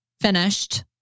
finished